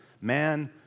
man